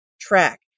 track